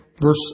Verse